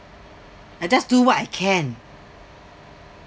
I just do what I can